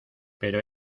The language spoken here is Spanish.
pero